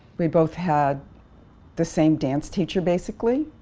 we both had the same dance teacher basically,